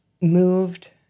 moved